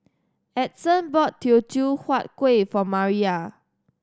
Edson bought Teochew Huat Kuih for Maria